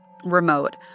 Remote